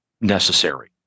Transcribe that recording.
necessary